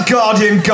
Guardian